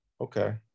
Okay